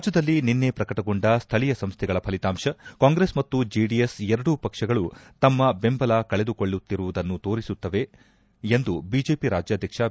ರಾಜ್ಯದಲ್ಲಿ ನಿನ್ನೆ ಪ್ರಕಟಗೊಂಡ ಸ್ಥಳೀಯ ಸಂಸ್ಥೆಗಳ ಫಲಿತಾಂಶ ಕಾಂಗ್ರೆಸ್ ಮತ್ತು ಜೆಡಿಎಸ್ ಎರಡೂ ಪಕ್ಷಗಳು ತಮ್ಮ ಬೆಂಬಲ ಕಳೆದುಕೊಳ್ಳುತ್ತಿರುವುದನ್ನು ತೋರಿಸುತ್ತದೆ ಎಂದು ಬಿಜೆಪಿ ರಾಜ್ಯಾಧ್ವಕ್ಷ ಬಿ